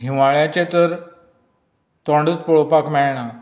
हिंवाळ्याचें तर तोंडच पळोवपाक मेळना